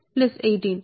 కాబట్టి 1 6 1219